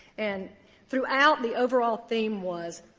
and throughout, the overall theme was,